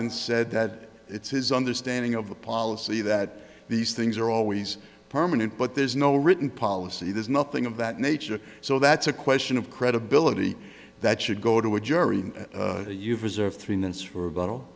and said that it's his understanding of the policy that these things are always permanent but there's no written policy there's nothing of that nature so that's a question of credibility that should go to a jury that you've reserved three minutes for a bottle